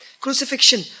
crucifixion